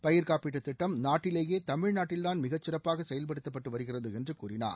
பயிர் காப்பீட்டுத் திட்டம் நாட்டிலேயே தமிழ்நாட்டில்தான் மிகச் சிறப்பாக செயல்படுத்தப்பட்டு வருகிறது என்று கூறினார்